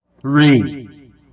Three